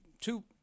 two